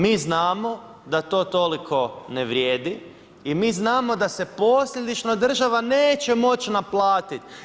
Mi znamo da to toliko ne vrijedi i mi znamo da se posljedično država neće moći naplatiti.